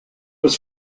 was